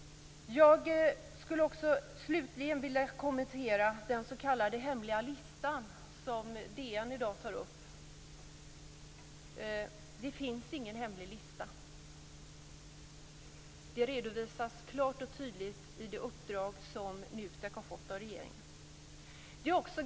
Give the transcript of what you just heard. Jag vill slutligen kommentera den s.k. hemliga listan som DN i dag tar upp. Det finns ingen hemlig lista. Det redovisas klart och tydligt i det uppdrag som NUTEK har fått av regeringen.